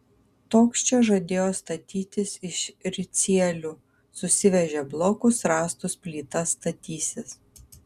toks čia žadėjo statytis iš ricielių susivežė blokus rąstus plytas statysis